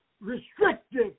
restrictive